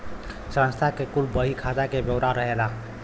संस्था के कुल बही खाता के ब्योरा रहेला